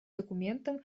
документам